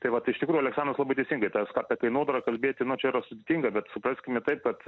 tai vat tai iš tikrųjų aleksandras labai teisingai tas ką apie kainodarą kalbėti na čia yra sudėtinga bet supraskime taip kad